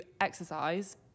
exercise